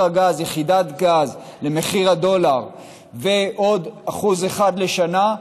יחידת גז למחיר הדולר ועוד 1% לשנה,